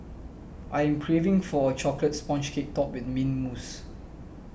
I am craving for a Chocolate Sponge Cake Topped with Mint Mousse